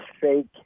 fake